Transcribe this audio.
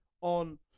on